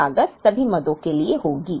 अब कुल लागत सभी मदों के लिए होगी